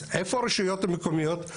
אז איפה הרשויות המקומיות,